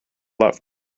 left